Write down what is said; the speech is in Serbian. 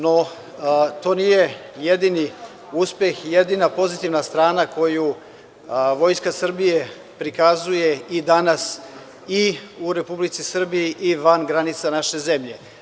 No, to nije jedini uspeh i jedina pozitivna strana koju Vojska Srbije prikazuje i danas i u Republici Srbiji i van granica naše zemlje.